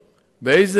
מקבל.